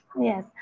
Yes